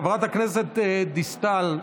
חברת הכנסת דיסטל,